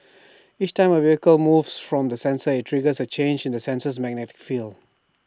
each time A vehicle moves from the sensor IT triggers A change in the sensor's magnetic field